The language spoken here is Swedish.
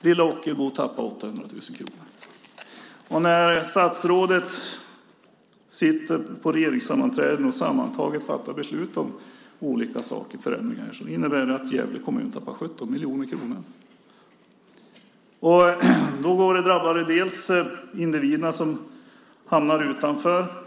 Lilla Ockelbo tappar 800 000 kronor. När statsrådet sitter på regeringssammanträden och fattar beslut om olika förändringar innebär det att Gävle kommun tappar 17 miljoner kronor. Det drabbar de individer som hamnar utanför.